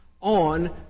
on